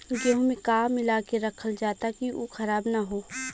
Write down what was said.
गेहूँ में का मिलाके रखल जाता कि उ खराब न हो?